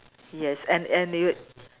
yes and and you